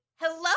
Hello